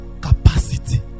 capacity